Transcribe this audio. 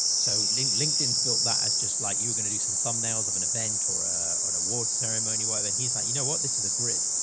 so lynn, linkedin's built that as just like you going to do some thumbnails of an event or a or an award ceremony. while then he's like, you know what? this is a grid.